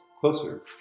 closer